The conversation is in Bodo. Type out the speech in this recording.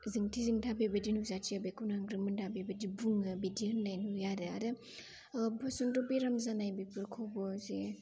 जोंथि जोंथा बेबायदि नुजाथियो बेखौनो आंग्रोमोन्दा बेबायदि बुङो बिदि होननाय नुयो आरो आरो बसनथ' बेराम जानायफोरखौबो जे